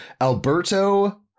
Alberto